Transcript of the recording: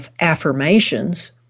affirmations